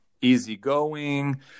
easygoing